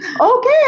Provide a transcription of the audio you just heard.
okay